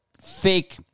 fake